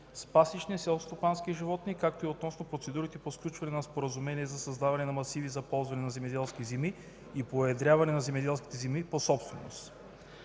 пасищни селскостопански животни, както и относно процедурите по сключване на споразумения за създаване на масиви за ползване на земеделски земи и уедряване на земеделските земи по собственост.